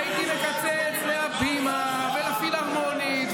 והייתי מקצץ להבימה ולפילהרמונית,